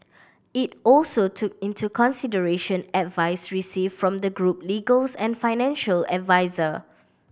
it also took into consideration advice received from the group legals and financial adviser